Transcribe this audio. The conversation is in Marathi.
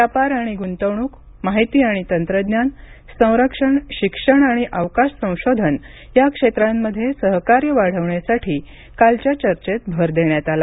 व्यापार आणि गुंतवणूक माहिती आणि तंत्रज्ञान संरक्षण शिक्षण आणि अवकाश संशोधन या क्षेत्रांमध्ये सहकार्य वाढवण्यासाठी कालच्या चर्चेत भर देण्यात आला